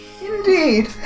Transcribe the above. Indeed